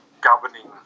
governing